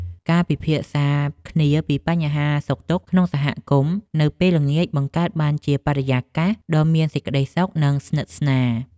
ការពិភាក្សាគ្នាពីបញ្ហាសុខទុក្ខក្នុងសហគមន៍នៅពេលល្ងាចបង្កើតបានជាបរិយាកាសដ៏មានសេចក្តីសុខ និងស្និទ្ធស្នាល។